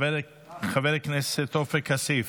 חבר הכנסת עופר כסיף,